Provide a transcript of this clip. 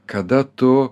kada tu